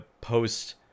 post